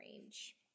range